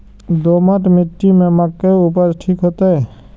दोमट मिट्टी में मक्के उपज ठीक होते?